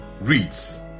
reads